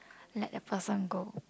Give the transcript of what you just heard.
let a person go